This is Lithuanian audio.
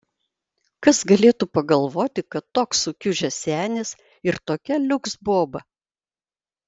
kas galėtų pagalvoti kad toks sukiužęs senis ir tokia liuks boba